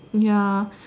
ya